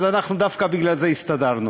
אנחנו דווקא בגלל זה הסתדרנו.